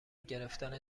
گرفتن